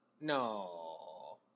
No